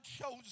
shows